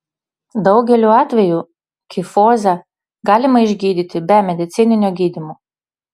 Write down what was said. daugeliu atvejų kifozę galima išgydyti be medicininio gydymo